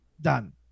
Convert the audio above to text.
done